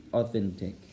authentic